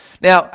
Now